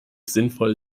sinnvoll